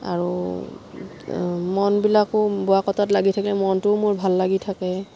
আৰু মনবিলাকো বোৱা কটাত লাগি থাকে মনটোও মোৰ ভাল লাগি থাকে